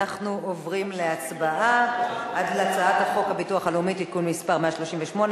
אנחנו עוברים להצבעה על הצעת חוק הביטוח הלאומי (תיקון מס' 138)